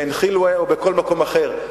בעין-חילווה או בכל מקום אחר,